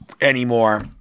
anymore